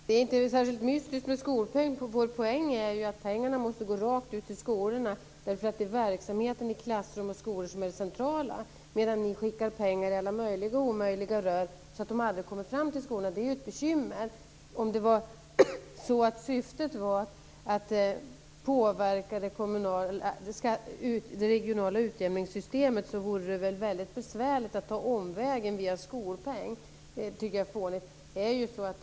Fru talman! Skolpengen är inte särskilt mystisk. Vår poäng är att pengarna ska gå direkt till skolorna. Det är verksamheten i klassrummen som är det centrala, men ni skickar pengar i alla möjliga och omöjliga rör så att de aldrig kommer fram till skolan. Det är ett bekymmer. Om syftet var att påverka det kommunala utjämningssystemet vore det väldigt besvärligt att ta omvägen via skolpeng. Det tycker jag verkar fånigt.